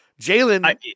jalen